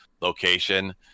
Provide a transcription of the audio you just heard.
location